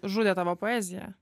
žudė tavo poeziją